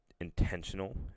intentional